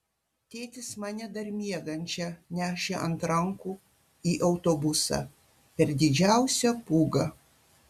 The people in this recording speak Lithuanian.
tėtis mane dar miegančią nešė ant rankų į autobusą per didžiausią pūgą